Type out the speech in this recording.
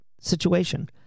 situation